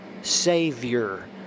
Savior